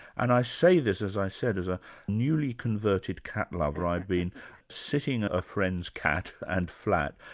and i say this, as i said, as a newly-converted cat lover. i've been sitting a friend's cat and flat,